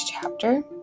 chapter